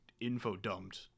info-dumped